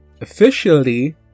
officially